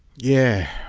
yeah.